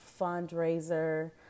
fundraiser